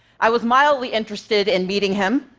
i was mildly interested in meeting him.